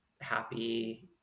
happy